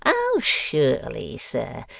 oh surely, sir.